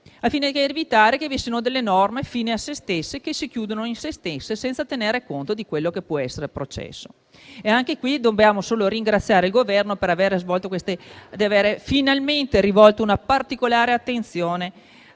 al fine di evitare che vi siano delle norme fini a sé stesse, che si chiudono in sé stesse, senza tener conto di quello che può essere il processo. Anche in questo caso dobbiamo solo ringraziare il Governo per aver finalmente rivolto una particolare attenzione